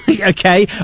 Okay